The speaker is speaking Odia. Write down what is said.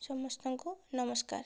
ସମସ୍ତଙ୍କୁ ନମସ୍କାର